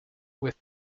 with